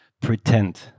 pretend